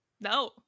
No